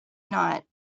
not